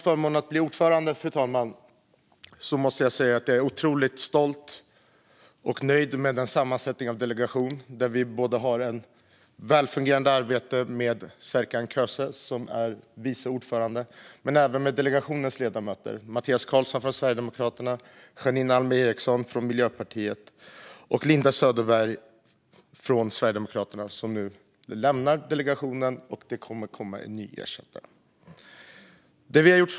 Som ordförande, fru talman, måste jag säga att jag är otroligt stolt och nöjd med sammansättningen av vår delegation. Vi har haft ett välfungerande arbete med vice ordförande Serkan Köse och delegationens ledamöter Mattias Karlsson från Sverigedemokraterna, Janine Alm Ericson från Miljöpartiet och Linda Lindberg från Sverigedemokraterna. Hon lämnar nu delegationen, och det kommer att komma en ersättare.